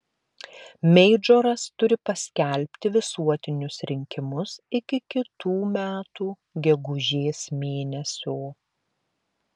meidžoras turi paskelbti visuotinius rinkimus iki kitų metų gegužės mėnesio